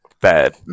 Bad